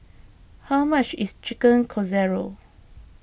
how much is Chicken Casserole